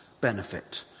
benefit